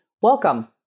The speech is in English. welcome